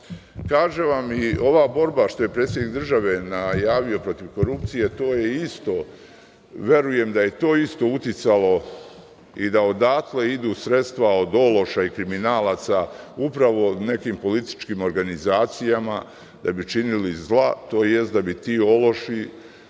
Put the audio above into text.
vam, ova borba koju je predsednik države najavio protiv korupcije verujem da je to isto uticalo i da odatle idu sredstva od ološa i kriminalaca upravo nekim političkim organizacijama da bi činili zla, tj. da bi ti ološi